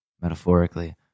metaphorically